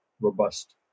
robust